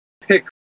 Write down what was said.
pick